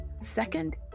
Second